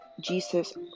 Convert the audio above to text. jesus